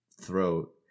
throat